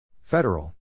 Federal